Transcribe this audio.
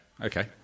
Okay